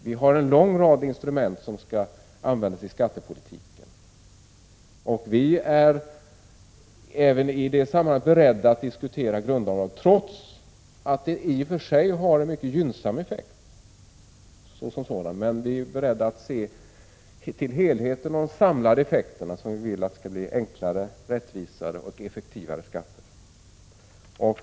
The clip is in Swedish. Vi har en lång rad instrument som skall användas i skattepolitiken. I det sammanhanget är vi även beredda att diskutera grundavdraget, trots att det som sådant har en mycket gynnsam effekt. Men vi är beredda att se till helheten för att åstadkomma ett enklare, effektivare och rättvisare skattesystem.